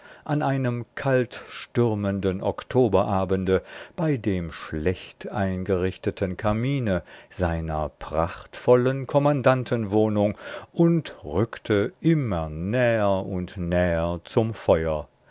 an einem kalt stürmenden oktoberabende bei dem schlecht eingerichteten kamine seiner prachtvollen kommandantenwohnung und rückte immer näher und näher zum feuer